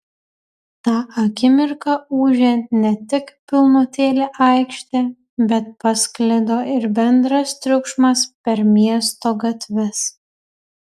tą akimirką ūžė ne tik pilnutėlė aikštė bet pasklido ir bendras triukšmas per miesto gatves